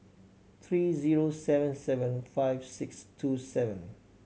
three zero seven seven five six two seven